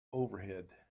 overhead